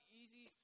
easy